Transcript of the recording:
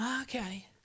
Okay